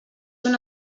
una